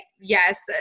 yes